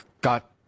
got